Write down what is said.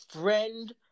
friend